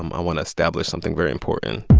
um i want to establish something very important